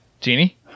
Genie